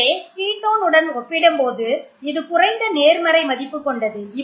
எனவே கீட்டோன் உடன் ஒப்பிடும் போது இது குறைந்த நேர்மறை மதிப்பு கொண்டது